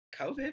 COVID